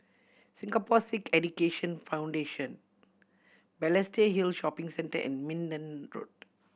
Singapore Sikh Education Foundation Balestier Hill Shopping Center and Minden Road